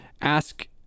ask